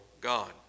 God